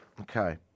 Okay